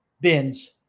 bins